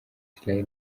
israeli